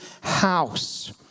house